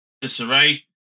disarray